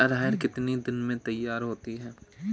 अरहर कितनी दिन में तैयार होती है?